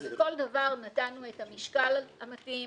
לכל דבר נתנו את המשקל המתאים